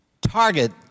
target